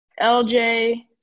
LJ